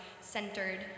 Centered